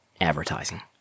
advertising